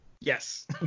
Yes